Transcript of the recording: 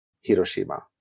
Hiroshima